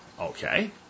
Okay